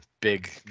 big